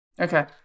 Okay